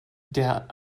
der